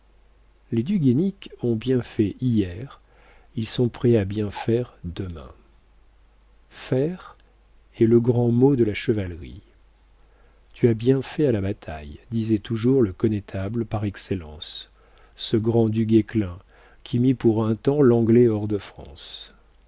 les du guaisnic ont bien fait hier ils sont prêts à bien faire demain faire est le grand mot de la chevalerie tu as bien fait à la bataille disait toujours le connétable par excellence ce grand du guesclin qui mit pour un temps l'anglais hors de france